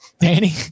Danny